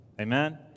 Amen